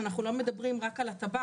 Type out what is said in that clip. שאנחנו לא מדברים רק על הטב"מ,